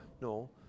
No